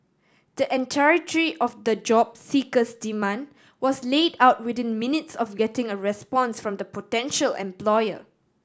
the entirety of the job seeker's demand was laid out within minutes of getting a response from the potential employer